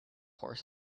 horse